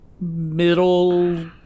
middle